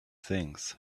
things